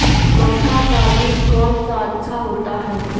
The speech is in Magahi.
मक्का का बीज कौन सा अच्छा होता है?